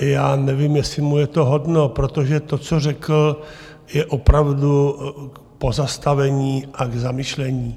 Já nevím, jestli mu je to hodno, protože to, co řekl, je opravdu k pozastavení a k zamyšlení.